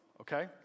okay